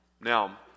Now